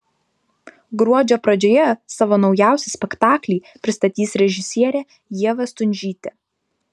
gruodžio pradžioje savo naujausią spektaklį pristatys režisierė ieva stundžytė